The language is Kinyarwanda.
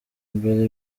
imbere